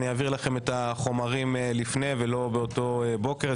אני אעביר לכם את החומרים לפני ולא באותו בוקר,